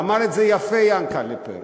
ואמר את זה יפה יענקל'ה פרי: